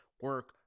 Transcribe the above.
Work